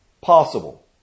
possible